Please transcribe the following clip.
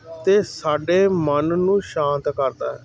ਅਤੇ ਸਾਡੇ ਮਨ ਨੂੰ ਸ਼ਾਂਤ ਕਰਦਾ